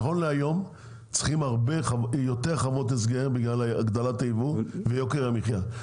נכון להיום צריכים יותר חוות הסגר בגלל הגדלת הייבוא ויוקר המחיה.